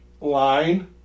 line